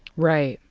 right.